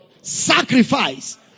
Sacrifice